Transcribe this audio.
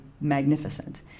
magnificent